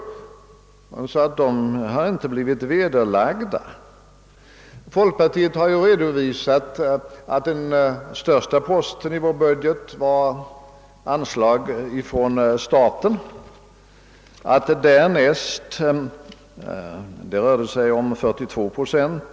Dessa siffror har inte blivit vederlagda, sade herr Haglund. Men vi inom folkpartiet har ju redovisat att den största posten i vår budget var anslag från staten — det rörde sig om 42 procent.